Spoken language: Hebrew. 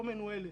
לא מנוהלת.